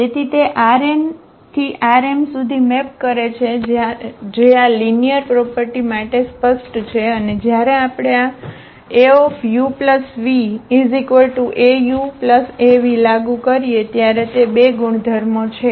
તેથી તે Rn થી Rm સુધી મેપ કરે છે જે આ લિનિયર પ્રોપર્ટી માટે સ્પષ્ટ છે અને જ્યારે આપણે આ AuvAuAv લાગુ કરીએ ત્યારે તે બે ગુણધર્મો છે